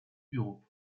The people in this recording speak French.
bureaux